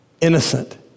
innocent